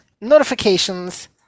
notifications